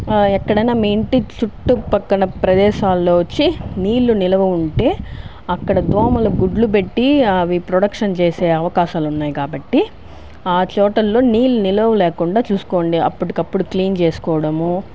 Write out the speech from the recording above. ఎక్కడైనా మీ ఇంటి చుట్టూ పక్కన ప్రదేశాలలో వచ్చి నీళ్ళు నిల్వ ఉంటే అక్కడ దోమలు గుడ్లు పెట్టి అవి ప్రొడక్షన్ చేసే అవకాశాలు ఉన్నాయి కాబట్టి ఆ చోటుల్లో నీళ్ళు నిల్వ లేకుండా చూసుకోండి అప్పటికప్పుడు క్లీన్ చేసుకోవడమూ